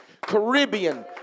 Caribbean